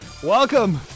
Welcome